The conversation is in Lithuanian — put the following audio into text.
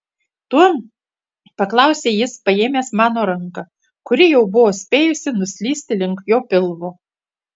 tuom paklausė jis paėmęs mano ranką kuri jau buvo spėjusi nuslysti link jo pilvo